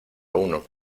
uno